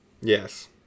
yes